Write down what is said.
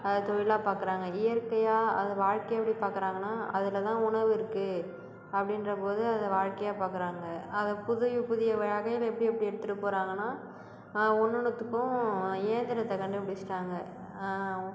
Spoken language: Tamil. அதை தொழிலாக பார்க்குறாங்க இயற்கையாக அதை வாழ்க்கையோட பார்க்குறாங்கனா அதில் தான் உணவு இருக்குது அப்படின்றபோது அதை வாழ்க்கையாக பார்க்குறாங்க அதை புதிய புதிய வகையில் எப்படி எப்படி எடுத்துகிட்டு போகிறாங்கனா ஒன்னொறுத்துக்கும் இயந்திரத்தை கண்டுபிடிச்சிட்டாங்க